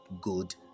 good